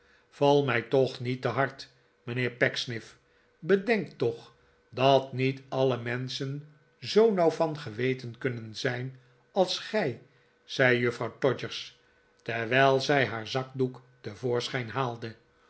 val mij toch niet te hard mijnheer pecksniff bedenk toch dat niet alle menschen zoo nauw van geweten kunnen zijn als gij zei juffrouw todgers terwijl zij haar zakdoek te voorschijn haalde